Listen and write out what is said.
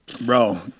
Bro